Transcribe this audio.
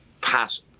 pass